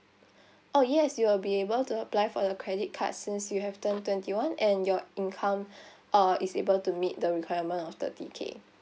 oh yes you will be able to apply for the credit card since you have turned twenty one and your income uh is able to meet the requirement of thirty K